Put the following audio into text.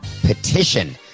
Petition